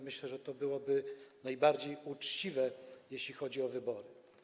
Myślę, że byłoby to najbardziej uczciwe, jeśli chodzi o wybory.